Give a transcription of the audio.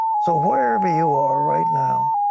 so wherever you are right now,